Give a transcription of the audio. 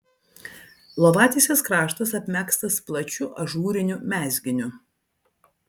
lovatiesės kraštas apmegztas plačiu ažūriniu mezginiu